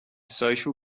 social